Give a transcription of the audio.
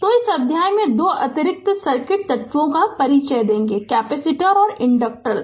तो इस अध्याय में दो अतिरिक्त सर्किट तत्वों का परिचय देंगे कैपेसिटर और इंडक्टर्स